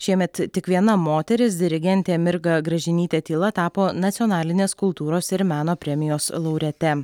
šiemet tik viena moteris dirigentė mirga gražinytė tyla tapo nacionalinės kultūros ir meno premijos laureate